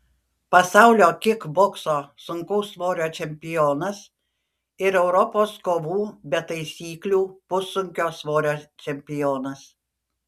pasaulio kikbokso sunkaus svorio čempionas ir europos kovų be taisyklių pussunkio svorio čempionas